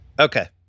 Okay